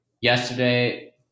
Yesterday